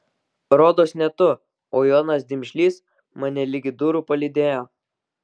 rodos ne tu o jonas dimžlys mane ligi durų palydėjo